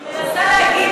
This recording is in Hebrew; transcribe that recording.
אני מנסה להגיד